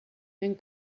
then